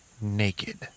naked